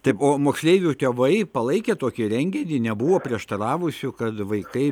taip o moksleivių tėvai palaikė tokį renginį nebuvo prieštaravusių kad vaikai